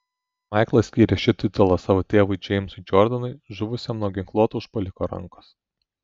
maiklas skyrė šį titulą savo tėvui džeimsui džordanui žuvusiam nuo ginkluoto užpuoliko rankos